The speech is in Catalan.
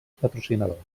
patrocinador